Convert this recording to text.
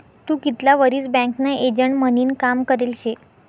तू कितला वरीस बँकना एजंट म्हनीन काम करेल शे?